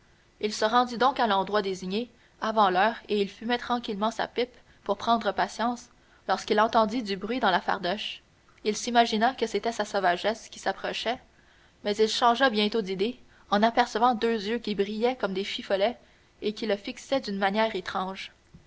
il se rendit donc à l'endroit désigné avant l'heure et il fumait tranquillement sa pipe pour prendre patience lorsqu'il entendit du bruit dans la fardoche il s'imagina que c'était sa sauvagesse qui s'approchait mais il changea bientôt d'idée en apercevant deux yeux qui brillaient comme des fifollets et qui le fixaient d'une manière étrange